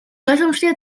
ойлгомжтой